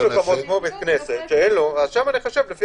יש מקומות כמו בית כנסת שאין לו, אז שם נחשב לפי